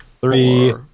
three